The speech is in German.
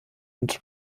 und